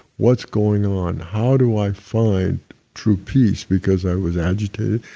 what's going on? how do i find true peace, because i was agitated,